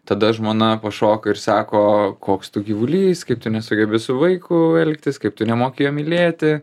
tada žmona pašoka ir sako koks tu gyvulys kaip tu nesugebi su vaiku elgtis kaip tu nemoki jo mylėti